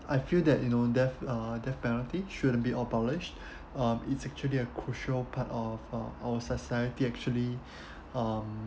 I feel that you know death uh death penalty shouldn't be abolished um it's actually a crucial part of uh our society actually um